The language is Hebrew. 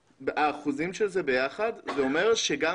האחוזים של זה ביחד בהליך הפלילי אומרים שגם